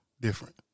Different